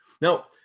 Now